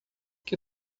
que